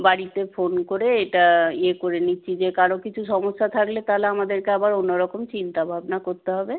বাড়িতে ফোন করে এটা ইয়ে করে নিচ্ছি যে কারও কিছু সমস্যা থাকলে তাহলে আমাদেরকে আবার অন্য রকম চিন্তা ভাবনা করতে হবে